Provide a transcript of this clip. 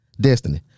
destiny